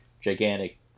gigantic